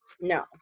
no